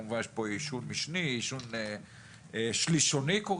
יש פה עישון משני, עישון שלישוני.